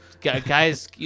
Guys